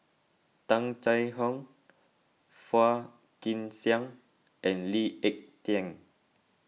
Tung Chye Hong Phua Kin Siang and Lee Ek Tieng